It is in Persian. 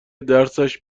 درسش